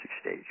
stage